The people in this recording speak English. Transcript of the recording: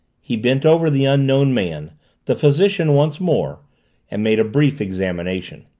he bent over the unknown man the physician once more and made a brief examination.